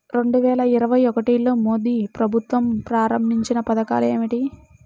రెండు వేల ఇరవై ఒకటిలో మోడీ ప్రభుత్వం ప్రారంభించిన పథకాలు ఏమిటీ?